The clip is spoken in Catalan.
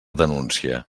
denúncia